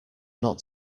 not